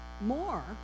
more